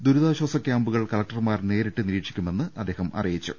ദുരിതാശ്ചാസ ക്യാമ്പു കൾ കല്കടർമാർ നേരിട്ട് നിരീക്ഷിക്കുമെന്നും അദ്ദേഹം പറഞ്ഞു